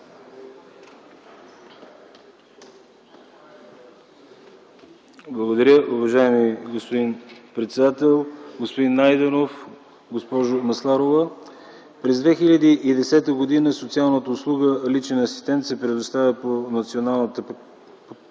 Благодаря, уважаеми господин председател. Господин Найденов, госпожо Масларова, през 2010 г. социалната услуга „личен асистент” се предоставя по Националната програма